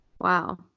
Wow